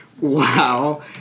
Wow